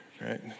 right